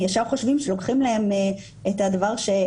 הם ישר חושבים שלוקחים להם את הדבר שהכי.